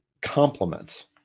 complements